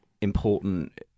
important